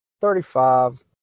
thirty-five